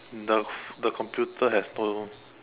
the the computer has don't know